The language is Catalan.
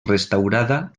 restaurada